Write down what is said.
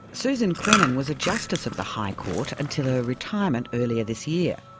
susan crennan was a justice of the high court until her retirement earlier this year.